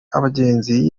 abagenzi